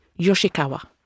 Yoshikawa